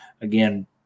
again